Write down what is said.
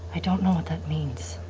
i don't know what that means.